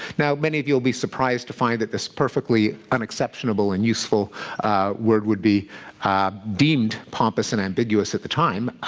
now, many of you will be surprised to find that this perfectly unexceptionable and useful word would be deemed pompous and ambiguous at the time.